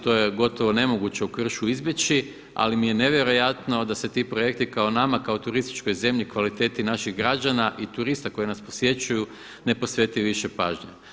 To je gotovo nemoguće u kršu izbjeći, ali mi je nevjerojatno da se ti projekti kao nama kao turističkoj zemlji, kvaliteti naših građana i turista koji nas posjećuju ne posveti više pažnje.